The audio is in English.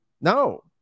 No